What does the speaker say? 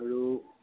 আৰু